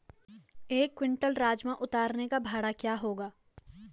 एक क्विंटल राजमा उतारने का भाड़ा क्या होगा?